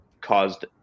caused